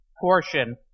portion